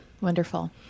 Wonderful